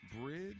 bridge